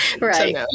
Right